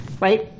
right